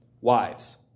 Wives